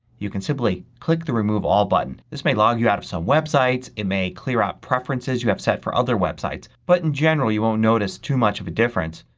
you can simply click the remove all button. this may log you out of some websites. it may clear out preferences you have set for other websites. but in general you won't notice too much of a difference.